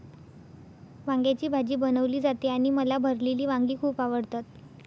वांग्याची भाजी बनवली जाते आणि मला भरलेली वांगी खूप आवडतात